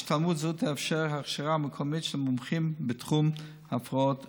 השתלמות זו תאפשר הכשרה מקומית של מומחים בתחום הפרעות תנועה.